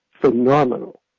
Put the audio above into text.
phenomenal